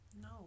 No